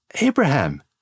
Abraham